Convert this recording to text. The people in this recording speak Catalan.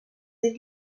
dir